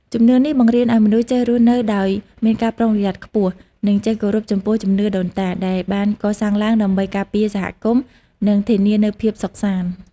ជំនឿនេះបង្រៀនឲ្យមនុស្សចេះរស់នៅដោយមានការប្រុងប្រយ័ត្នខ្ពស់ និងចេះគោរពចំពោះជំនឿដូនតា ដែលបានកសាងឡើងដើម្បីការពារសហគមន៍ និងធានានូវភាពសុខសាន្ត។